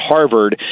Harvard